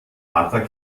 harter